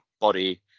body